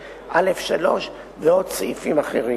345(א)(3) ועוד סעיפים אחרים.